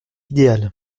idéal